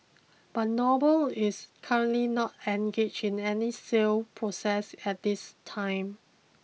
but Noble is currently not engaged in any sale process at this time